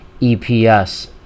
EPS